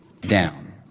down